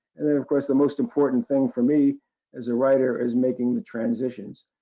and, of course, the most important thing for me as a writer is making the transitions.